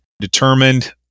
determined